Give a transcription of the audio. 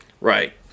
Right